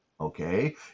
okay